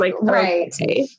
right